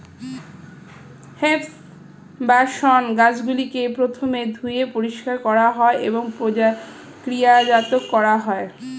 hemp বা শণ গাছগুলিকে প্রথমে ধুয়ে পরিষ্কার করা হয় এবং প্রক্রিয়াজাত করা হয়